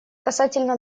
касательно